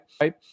Right